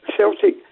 Celtic